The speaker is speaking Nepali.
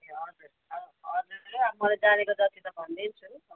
ए हजुर हजुर मैले जानेको जति त भनिदिन्छु हजुर